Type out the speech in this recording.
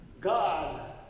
God